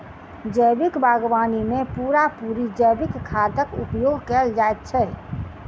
जैविक बागवानी मे पूरा पूरी जैविक खादक उपयोग कएल जाइत छै